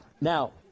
now